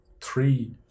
three